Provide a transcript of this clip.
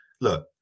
look